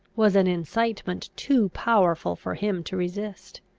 was an incitement too powerful for him to resist.